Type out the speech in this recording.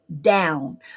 down